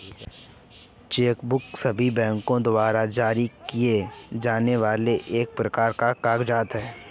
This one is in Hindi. चेक बुक सभी बैंको द्वारा जारी किए जाने वाला एक प्रकार का कागज़ात है